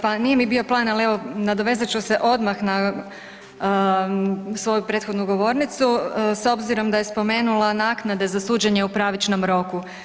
Pa, nije mi bio plan, ali evo nadovezat ću se odmah na svoju prethodnu govornicu s obzirom da je spomenula naknade za suđenje u pravičnom roku.